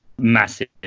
massive